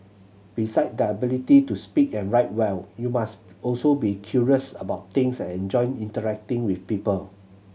beside the ability to speak and write well you must also be curious about things and enjoy interacting with people